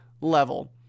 level